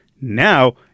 now